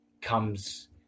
comes